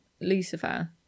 Lucifer